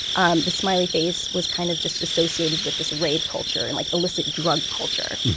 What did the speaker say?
um the smiley face was kind of just associated with this rape culture and like illicit drug culture.